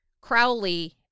Crowley